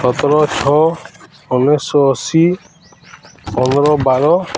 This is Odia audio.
ସତର ଛଅ ଉଣେଇଶିଶହ ଅଶୀ ପନ୍ଦର ବାର